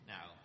Now